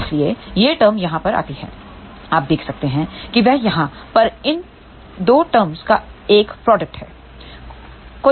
तो इसलिए यह टर्म यहाँ पर आती है आप देख सकते हैं कि वह यहाँ पर इन 2 टर्र्म का एक प्रोडक्ट है